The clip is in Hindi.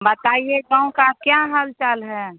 बताइए गाँव का क्या हाल चाल है